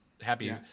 happy